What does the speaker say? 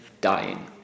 dying